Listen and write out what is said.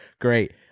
Great